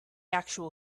actual